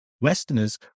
Westerners